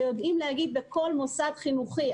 שיודעים להגיד בכל מוסד חינוכי,